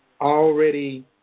already